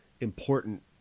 important